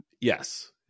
Yes